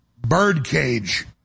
birdcage